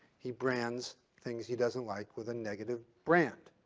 he brands things he doesn't like with a negative brand.